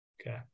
Okay